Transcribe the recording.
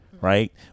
right